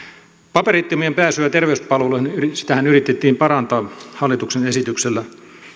paperittomien pääsyä terveyspalveluihin yritettiin parantaa hallituksen esityksellä